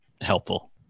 helpful